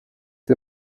der